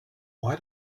why